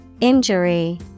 Injury